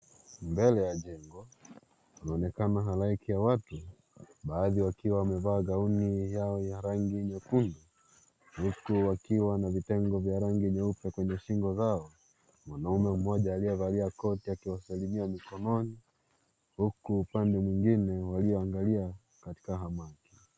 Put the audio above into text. Mbele ya jengo, inaonekana halaiki ya watu. Baadhi wakiwa wamevaa gauni Yao ya rangi nyekundu huku wakiwa na vitengo vya rangi nyeupe kwenye shingo zao. Mwanaume mmoja aliyevalia koti akiwasalimia mikononi huku upande mwingine wakiangalia katika hamaki.